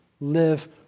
live